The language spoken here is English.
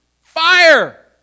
fire